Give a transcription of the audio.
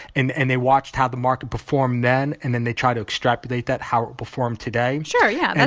and and they watched how the market performed then, and then they try to extrapolate that how it performed today sure. yeah.